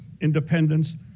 independence